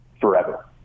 forever